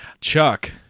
Chuck